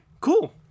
Cool